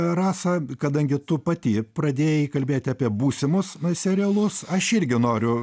rasa kadangi tu pati pradėjai kalbėti apie būsimus serialus aš irgi noriu